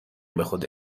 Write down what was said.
بخدا